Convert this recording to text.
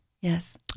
Yes